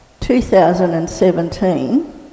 2017